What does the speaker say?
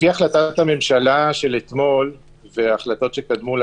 לפי החלטת הממשלה של אתמול וההחלטות שקדמו לה,